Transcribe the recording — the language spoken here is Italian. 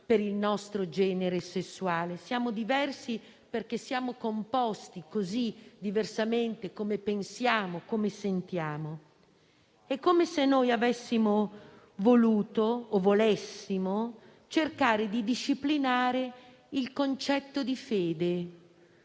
per il nostro genere sessuale. Siamo diversi perché siamo composti così diversamente per come pensiamo, per come sentiamo. È come se volessimo cercare di disciplinare il concetto di fede